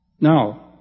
Now